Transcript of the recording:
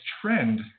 trend